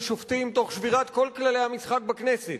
שופטים תוך שבירת כל כללי המשחק בכנסת,